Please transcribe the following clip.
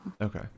Okay